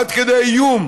עד כדי איום